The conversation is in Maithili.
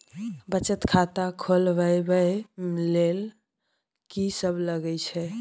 बचत खाता खोलवैबे ले ल की सब लगे छै?